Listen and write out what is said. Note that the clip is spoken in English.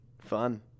fun